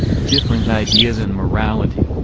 different ideas in morality,